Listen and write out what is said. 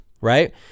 right